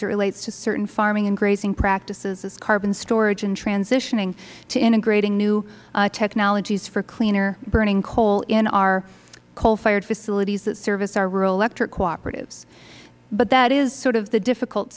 it relates to certain farming and grazing practices as carbon storage and transitioning to integrating new technologies for cleaner burning coal in our coal fired facilities that service our rural electric cooperatives but that is sort of the difficult